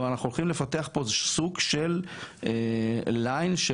כלומר אנחנו הולכים לפתח פה סוג של ליין של